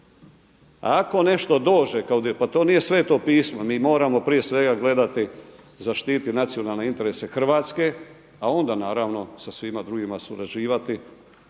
Ako nešto dođe ovdje pa to nije sveto pismo, mi moramo prije svega gledati i zaštititi nacionalne interese Hrvatske a onda naravno sa svima drugima surađivati